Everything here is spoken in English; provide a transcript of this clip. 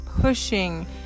pushing